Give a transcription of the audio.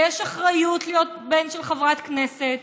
ויש אחריות להיות בן של חברת כנסת,